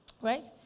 Right